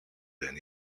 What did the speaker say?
δεν